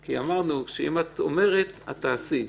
כי אמרנו שאם את אומרת את תעשי.